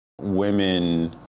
women